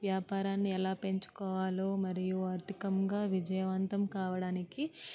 వ్యాపారాన్ని ఎలా పెంచుకోవాలో మరియు ఆర్థికంగా విజయవంతం కావడానికి